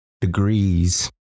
degrees